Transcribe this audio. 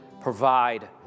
provide